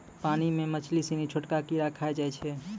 पानी मे मछली सिनी छोटका कीड़ा खाय जाय छै